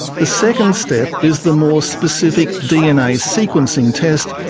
the second step is the more specific dna sequencing test,